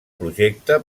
projecte